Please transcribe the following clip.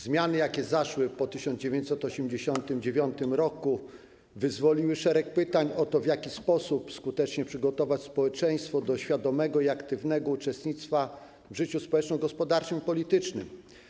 Zmiany, jakie zaszły po 1989 r., wyzwoliły szereg pytań o to, w jaki sposób skutecznie przygotować społeczeństwo do świadomego i aktywnego uczestnictwa w życiu społeczno-gospodarczym i politycznym.